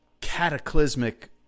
cataclysmic